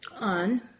on